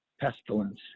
pestilence